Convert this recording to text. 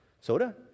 Soda